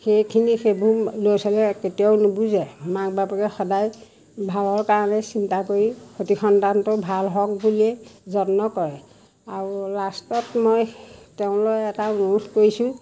সেইখিনি সেইবোৰ ল'ৰা ছোৱালীয়ে কেতিয়াও নুবুজে মাক বাপেকে সদায় ভালৰ কাৰণে চিন্তা কৰি সতি সন্তানটো ভাল হওক বুলিয়েই যত্ন কৰে আৰু লাষ্টত মই তেওঁলৈ এটা অনুৰোধ কৰিছোঁ